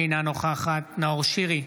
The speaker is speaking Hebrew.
אינה נוכחת נאור שירי,